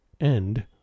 End